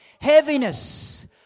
Heaviness